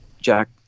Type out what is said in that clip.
Jack